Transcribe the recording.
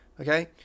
okay